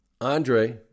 Andre